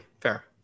Fair